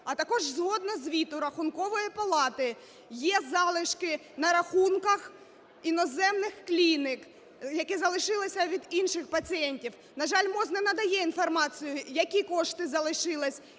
а також згідно звіту Рахункової палати є залишки на рахунках іноземних клінік, які залишилися від інших пацієнтів. На жаль, МОЗ не надає інформацію, які кошти залишились